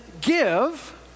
give